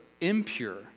impure